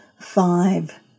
five